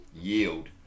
yield